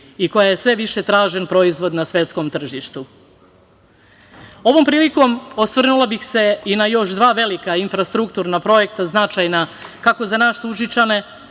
i koja je sve više tražen proizvod na svetskom tržištu. Ovom prilikom osvrnula bih se i na još dva velika infrastrukturna projekta značajna, kako za nas Užičane,